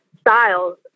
styles